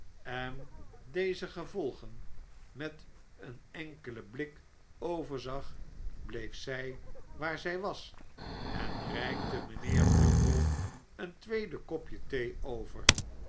en deze gevolgen met een enkelen blik overzag bleef zij waar zij was en reikte mijnheer bumble een tweede kopje thee over